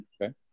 Okay